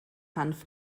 hanf